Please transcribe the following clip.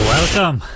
Welcome